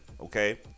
okay